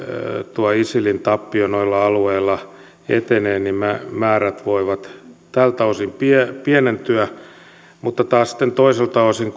tuo isilin tappio noilla alueilla etenee niin määrät voivat tältä osin pienentyä mutta sitten taas toiselta osin